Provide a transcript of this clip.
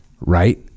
right